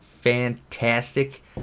fantastic